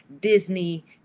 Disney